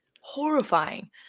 horrifying